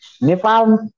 Nepal